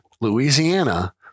Louisiana